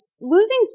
losing